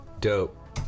Dope